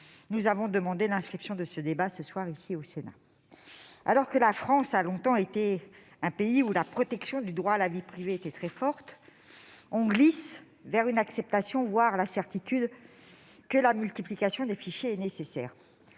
nous avons demandé l'inscription de ce débat à l'ordre du jour du Sénat. Alors que la France a longtemps été un pays où la protection du droit à la vie privée était très forte, on glisse vers une acceptation de la multiplication des fichiers, voire